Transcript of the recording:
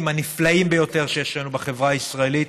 הנפלאים ביותר שיש לנו בחברה הישראלית.